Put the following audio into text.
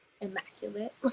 immaculate